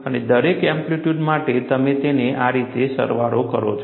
અને દરેક એમ્પ્લિટ્યૂડ માટે તમે તેને આ રીતે સરવાળો કરો છો